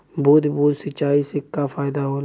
बूंद बूंद सिंचाई से का फायदा होला?